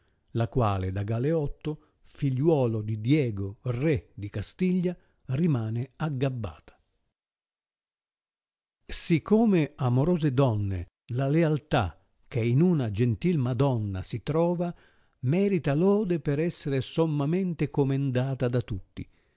la quale da galeotto figliuolo di diego re di castiglia rimane aggabbata sì come amorose donne la lealtà che in una gentil madonna si trova merita lode per esser sommamente comendata da tutti